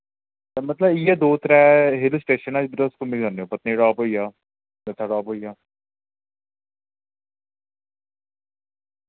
ते मतलब इयै दो त्रै हिल स्टेशन ऐ जिद्दर तुस घुम्मी सकने ओ पत्नीटाप होइया नत्थाटाप होइया